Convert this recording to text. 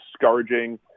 discouraging